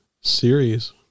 series